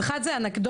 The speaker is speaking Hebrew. אז אחד זה אנקדוטה,